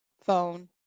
phone